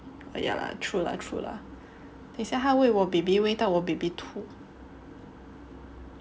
err ya lah true lah true lah 等一下她喂我 baby 喂到我 baby 吐